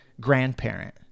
grandparent